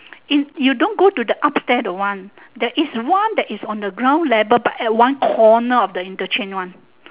is you don't go to the upstairs the one there is one that is on the ground level but is at the one corner of the interchange one